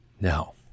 No